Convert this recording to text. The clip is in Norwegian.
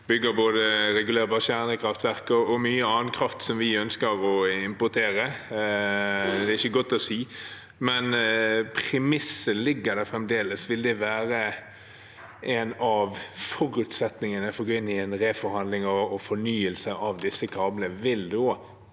både regulerbare kjernekraftverk og mye annen kraft vi ønsker å importere. Det er ikke godt å si. Men premisset ligger der fremdeles. Vil en av forutsetningene for å gå inn i en reforhandling og fornyelse av disse kablene,